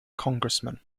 congressman